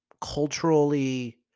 culturally